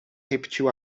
repetiu